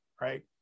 right